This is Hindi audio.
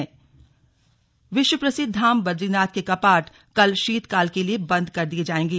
स्लग बदरीनाथ कपाट विश्व प्रसिद्ध धाम बदरीनाथ के कपाट कल शीतकाल के लिए बंद कर दिये जाएंगे